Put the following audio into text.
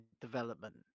Development